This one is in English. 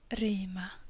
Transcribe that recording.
rima